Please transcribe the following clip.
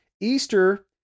Easter